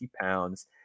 pounds